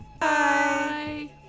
Bye